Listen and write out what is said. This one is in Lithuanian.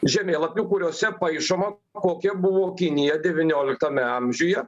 žemėlapių kuriuose paišoma kokia buvo kinija devynioliktame amžiuje